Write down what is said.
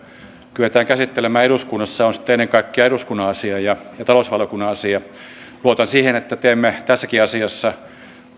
kyetään käsittelemään eduskunnassa on sitten ennen kaikkea eduskunnan asia ja talousvaliokunnan asia luotan siihen että teemme tässäkin asiassa